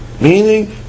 meaning